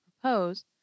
propose